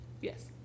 Yes